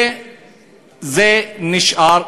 וזה נשאר.